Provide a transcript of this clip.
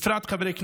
בפרט חברי הכנסת,